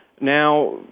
Now